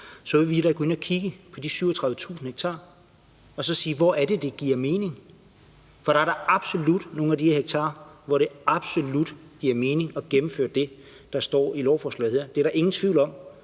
så vil vi da gå ind og kigge på de 37.000 ha og spørge, hvor det giver mening. For der er da absolut nogle af de her hektarer, hvor det absolut giver mening at gennemføre det, der står i lovforslaget her. Det er der ingen tvivl om.